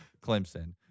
Clemson